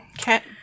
Okay